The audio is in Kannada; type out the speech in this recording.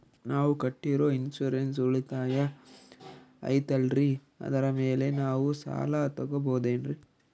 ನಾವು ಕಟ್ಟಿರೋ ಇನ್ಸೂರೆನ್ಸ್ ಉಳಿತಾಯ ಐತಾಲ್ರಿ ಅದರ ಮೇಲೆ ನಾವು ಸಾಲ ತಗೋಬಹುದೇನ್ರಿ?